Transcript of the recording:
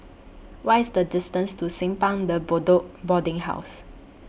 What IS The distance to Simpang De Bedok Boarding House